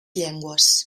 llengües